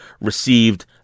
received